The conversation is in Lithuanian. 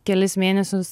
kelis mėnesius